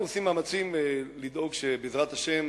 אנחנו עושים מאמצים לדאוג שבעזרת השם